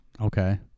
Okay